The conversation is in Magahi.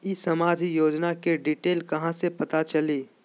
ई सामाजिक योजना के डिटेल कहा से पता चली?